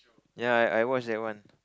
ya I I watch that one